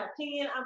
opinion